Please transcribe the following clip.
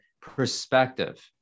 perspective